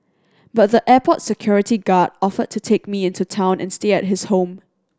but the airport security guard offered to take me into town and stay at his home